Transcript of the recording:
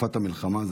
בתקופת המלחמה,